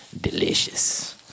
Delicious